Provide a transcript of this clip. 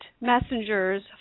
messengers